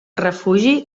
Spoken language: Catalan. refugi